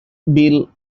bill